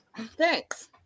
Thanks